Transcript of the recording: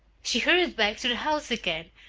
she hurried back to the house again,